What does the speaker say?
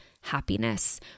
happiness